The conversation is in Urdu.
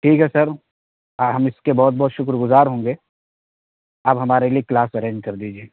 ٹھیک ہے سر اور ہم اس کے بہت بہت شکر گزار ہوں گے آپ ہمارے لیے کلاس ارینج کر دیجیے